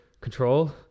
control